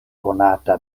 konata